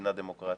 במדינה דמוקרטית,